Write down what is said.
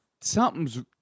Something's